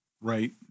Right